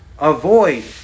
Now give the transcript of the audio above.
avoid